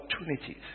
opportunities